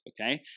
okay